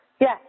yes